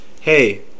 Hey